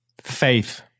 faith